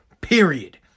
period